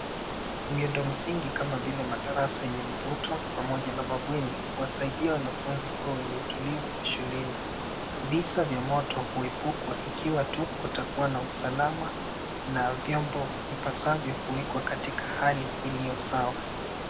Miundomsingi kama vile madarasa enye mvuto pamoja na mabweni, huwasaidia wanafunzi kukuwa wenye utulivu shuleni. Visa vya moto huepukwa ikiwa tu kutakuwa na usalama na vyombo vipaswavyo kuwekwa katika hali iliyosawa.